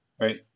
Right